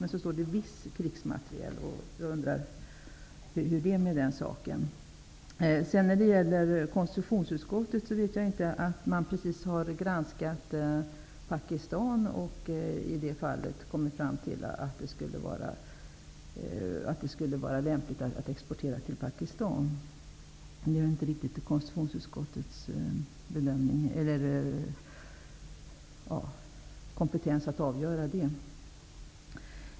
Men sedan står det ''viss krigsmateriel'', och jag undrar hur det är med den saken. Jag känner inte till att konstitutionsutskottet precis har granskat Pakistan och kommit fram till att det skulle vara lämpligt att exportera till Pakistan. Det är väl inte riktigt konstitutionsutskottets kompetens att avgöra det.